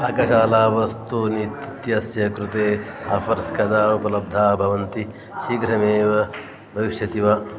पाकशालावस्तूनि इत्यस्य कृते आफ़र्स् कदा उपलब्धाः भवन्ति शीघ्रमेव भविष्यति वा